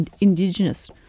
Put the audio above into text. indigenous